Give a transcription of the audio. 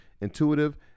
intuitive